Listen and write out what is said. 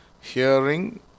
hearing